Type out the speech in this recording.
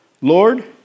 Lord